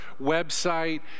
website